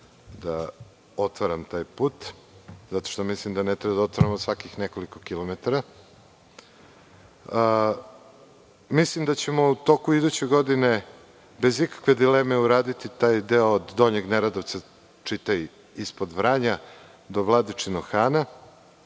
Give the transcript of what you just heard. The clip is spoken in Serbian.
da otvaram taj put, zato što mislim da ne treba da otvaramo svakih nekoliko kilometara. Mislim da ćemo u toku iduće godine bez ikakve dileme uraditi taj deo od Donjeg Neredovca, čitaj i ispod Vranja do Vladičinog Hana.